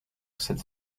cette